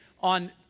on